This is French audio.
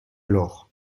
alors